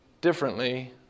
differently